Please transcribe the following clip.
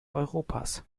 europas